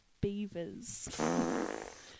beavers